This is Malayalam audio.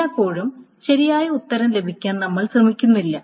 എല്ലായ്പ്പോഴും ശരിയായ ഉത്തരം ലഭിക്കാൻ നമ്മൾ ശ്രമിക്കുന്നില്ല